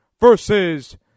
versus